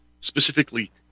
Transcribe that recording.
specifically